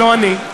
לא אני.